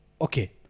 okay